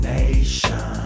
Nation